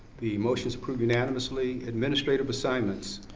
the motion is approved unanimously. administrative assignments.